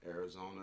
Arizona